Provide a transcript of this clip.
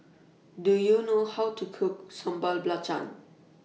Do YOU know How to Cook Sambal Belacan